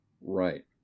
right